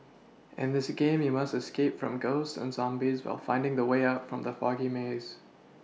in this game you must escape from ghosts and zombies while finding the way out from the foggy maze